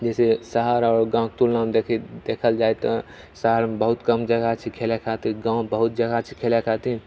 जैसे शहर आओर गाँवके तुलनामे देखि देखल जाइ तऽ शहरमे बहुत कम जगह छै खेलै खातिर गाँवमे बहुत जगह छै खेलै खातिर